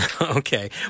Okay